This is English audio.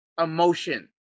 emotion